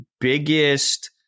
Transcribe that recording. biggest